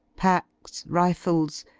packs, rifles,